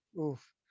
oof